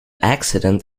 accident